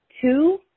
Two